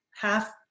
half-